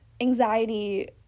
anxiety